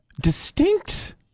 distinct